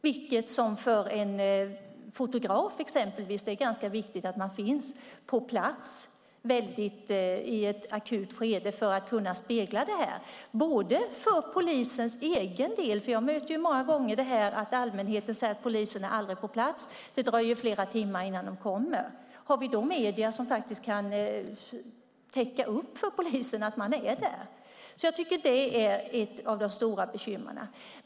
För exempelvis en fotograf är det viktigt att finnas på plats i ett akut skede för att kunna spegla det hela. Det är viktigt också för polisens egen del. Allmänheten säger många gånger att polisen aldrig är på plats och att det dröjer flera timmar innan de kommer. Då är det bra om vi har medier som kan täcka upp för polisen genom att vara där. Jag tycker att detta är ett av de stora bekymren.